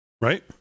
Right